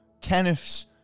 Kenneth's